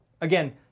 Again